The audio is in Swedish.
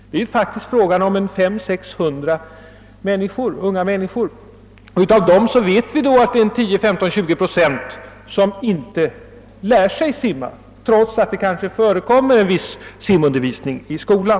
Det är faktiskt fråga om 500—4600 unga människor, och vi vet att 10—15—20 procent av dem inte lär sig simma, trots att det kanske förekommer en viss simundervisning i skolan.